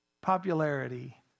Popularity